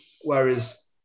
Whereas